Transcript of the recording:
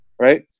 right